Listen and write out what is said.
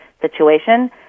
situation